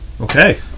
Okay